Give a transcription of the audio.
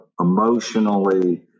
emotionally